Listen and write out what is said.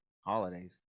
holidays